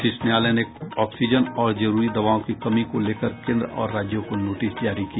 शीर्ष न्यायालय ने ऑक्सीजन और जरूरी दवाओं की कमी को लेकर केन्द्र और राज्यों को नोटिस जारी किया